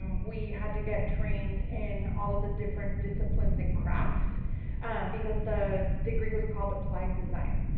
we had to get trained in all of the different disciplines in craft because the degree was called applied design,